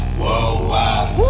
worldwide